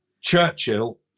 Churchill